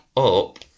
up